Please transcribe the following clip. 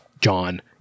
John